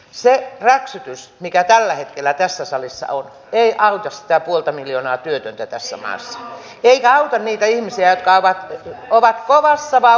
se räksytys mikä tällä hetkellä tässä salissa on ei auta sitä puolta miljoonaa työtöntä tässä maassa eikä auta niitä ihmisiä jotka ovat kovat korvessa vaan